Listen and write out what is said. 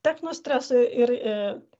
techno stresą ir i